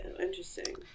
interesting